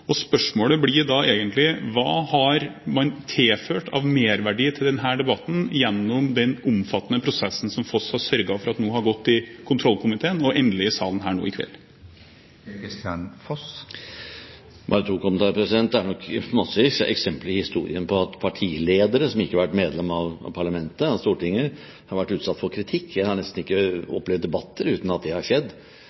tvil. Spørsmålet blir da egentlig: Hva har man tilført av merverdi til denne debatten gjennom den omfattende prosessen som Foss har sørget for at har gått i kontrollkomiteen og endelig i salen nå i kveld? Bare to kommentarer: Det er nok massevis av eksempler i historien på at partiledere som ikke har vært medlem av parlamentet, Stortinget, har vært utsatt for kritikk. Jeg har nesten ikke